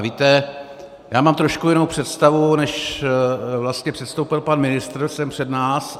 Víte, já mám trošku jinou představu, než vlastně předstoupil pan ministr sem před nás.